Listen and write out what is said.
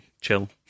chill